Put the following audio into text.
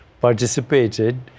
participated